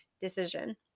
decision